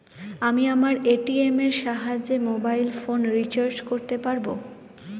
আমি আমার এ.টি.এম এর সাহায্যে মোবাইল ফোন রিচার্জ করতে পারব?